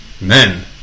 men